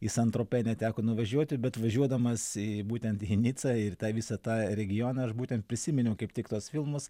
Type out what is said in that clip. į san tropė neteko nuvažiuoti bet važiuodamas į būtent į nicą ir tą visą tą regioną aš būtent prisiminiau kaip tik tuos filmus